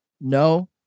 no